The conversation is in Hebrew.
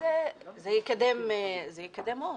זה יקדם מאוד.